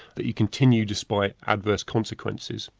that you continue despite adverse consequences,